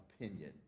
opinion